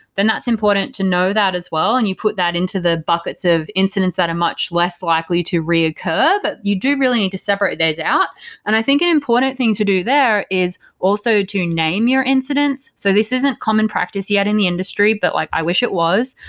then that's important to know that as well and you put that into the buckets of incidents that are much less likely to reoccur, but you do really need to separate those out and i think an important thing to do there is also to name your incidents. so this isn't common practice yet in the industry, but like i wish it was.